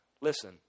Listen